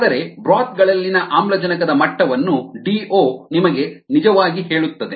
ಆದರೆ ಬ್ರೋತ್ ಗಳಲ್ಲಿನ ಆಮ್ಲಜನಕದ ಮಟ್ಟವನ್ನು ಡಿಒ ನಿಮಗೆ ನಿಜವಾಗಿ ಹೇಳುತ್ತದೆ